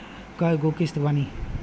कय गो किस्त बानी?